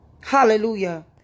Hallelujah